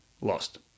lost